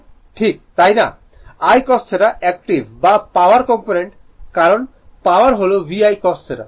ঠিক তাই I cos θ একটিভবা পাওয়ার কম্পোনেন্ট কারণ পাওয়ার হল VI cos θ